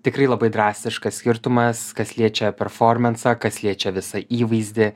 tikrai labai drastiškas skirtumas kas liečia performansą kas liečia visą įvaizdį